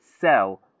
sell